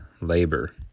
labor